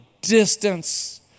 distance